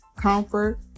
comfort